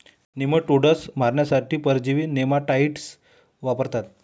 nematodes मारण्यासाठी परजीवी nematicides वापरतात